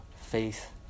faith